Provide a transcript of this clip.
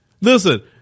Listen